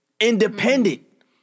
Independent